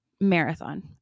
marathon